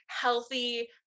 healthy